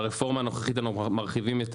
ברפורמה הנוכחית אנחנו מרחיבים את